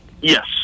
Yes